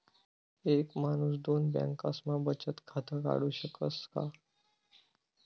एक माणूस दोन बँकास्मा बचत खातं काढु शकस का?